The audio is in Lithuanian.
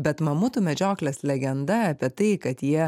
bet mamutų medžioklės legenda apie tai kad jie